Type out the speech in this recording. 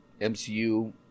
MCU